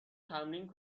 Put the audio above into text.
تمرین